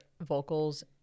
vocals